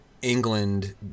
England